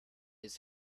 his